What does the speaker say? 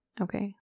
Okay